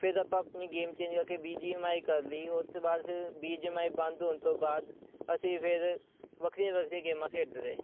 ਫਿਰ ਆਪਾਂ ਆਪਣੀ ਗੇਮ ਚੇਂਜ ਕਰਕੇ ਬੀ ਜੀ ਐਮ ਆਈ ਕਰ ਲਈ ਉਹ ਤੋਂ ਬਾਅਦ ਫਿਰ ਬੀ ਜੀ ਐੱਮ ਆਈ ਬੰਦ ਹੋਣ ਤੋਂ ਬਾਅਦ ਅਸੀਂ ਫਿਰ ਵੱਖਰੀਆਂ ਵੱਖਰੀਆਂ ਗੇਮਾਂ ਖੇਡਦੇ ਰਹੇ